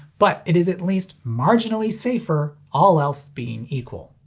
but it is at least marginally safer all else being equal.